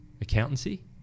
Accountancy